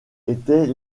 était